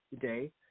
today